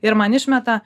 ir man išmeta